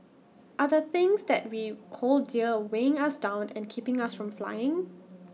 are the things that we hold dear weighing us down and keeping us from flying